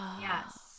Yes